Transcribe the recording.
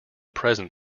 present